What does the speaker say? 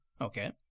Okay